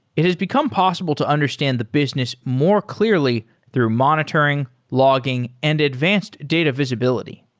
it has become possible to understand the business more clearly through monitoring, logging and advanced data visibility.